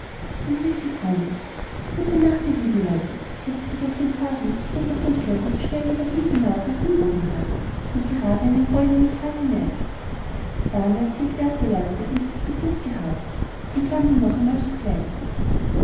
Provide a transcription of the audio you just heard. dann rief sie freundlich gute nacht ihr lieben leute setzte sich auf den faden und ritt auf demselben so schnell wie der wind hinauf nach dem odenwald und grade in ihren goldnen saal hinein da merkten es erst die leute wen sie zum besuch gehabt und waren nun noch einmal so fleißig